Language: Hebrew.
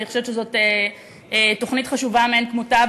אני חושבת שזאת תוכנית חשובה מאין כמותה,